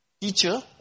teacher